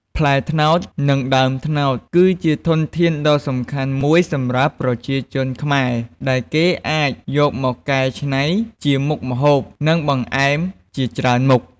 ផ្លែត្នោត និងដើមត្នោត គឺជាធនធានដ៏សំខាន់មួយសម្រាប់ប្រជាជនខ្មែរ ដោយគេអាចយកមកកែច្នៃជាមុខម្ហូប និងបង្អែមជាច្រើនមុខ។